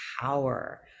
power